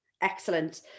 Excellent